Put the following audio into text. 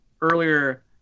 earlier